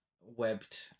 webbed